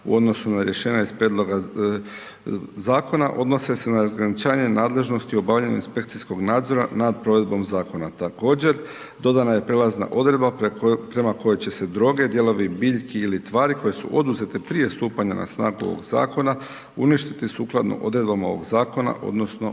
u odnosu na rješenja iz prijedloga zakona, odnose na razgraničenje nadležnosti obavljanja inspekcijskog nadzora, nad provedbom zakona. Također, dodana je prijelazna odredba, prema koje će se droge, dijelovi biljki ili tvari, koje su oduzete prije stupanja na snagu ovog zakona, uništiti sukladno odredbama ovog zakona, odnosno,